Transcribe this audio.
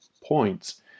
points